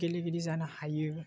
गेलेगिरि जानो हायो